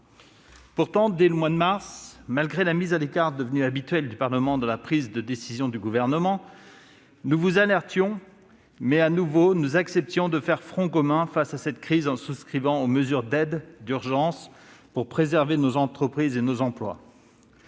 Pourtant, dès le mois de mars, malgré la mise à l'écart du Parlement, devenue habituelle, dans la prise de décision du Gouvernement, nous vous alertions et acceptions de faire front commun face à cette crise en souscrivant aux mesures d'aide d'urgence destinées à préserver nos entreprises et nos emplois.